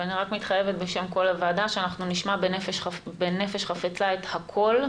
ואני רק מתחייבת בשם כל הוועדה שנשמע בנפש חפצה את הכול,